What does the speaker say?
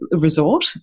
resort